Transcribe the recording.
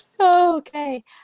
Okay